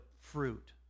fruit